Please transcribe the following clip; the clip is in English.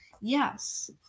Yes